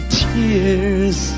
tears